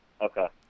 Okay